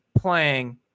playing